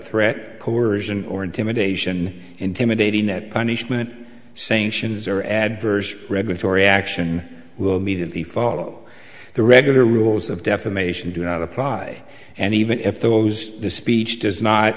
coersion or intimidation intimidating that punishment sanctions or adverse regulatory action will immediately follow the regular rules of defamation do not apply and even if those the speech does not